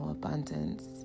abundance